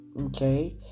Okay